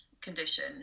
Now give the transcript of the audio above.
condition